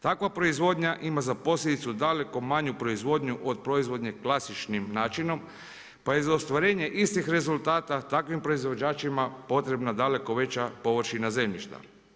Takva proizvodnja ima za posljedicu daleko manju proizvodnju od proizvodnje klasičnim načinim pa je za ostvarenje istih rezultata takvim proizvođačima potrebna daleko veća površina zemljišta.